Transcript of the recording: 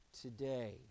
today